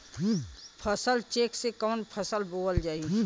फसल चेकं से कवन फसल बोवल जाई?